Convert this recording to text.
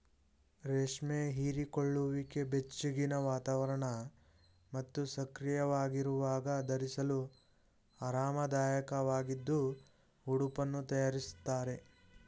ರೇಷ್ಮೆ ಹೀರಿಕೊಳ್ಳುವಿಕೆ ಬೆಚ್ಚಗಿನ ವಾತಾವರಣ ಮತ್ತು ಸಕ್ರಿಯವಾಗಿರುವಾಗ ಧರಿಸಲು ಆರಾಮದಾಯಕವಾಗಿದ್ದು ಉಡುಪನ್ನು ತಯಾರಿಸ್ತಾರೆ